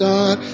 God